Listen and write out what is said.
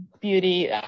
beauty